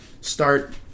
start